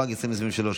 התשפ"ג 2023,